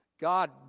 God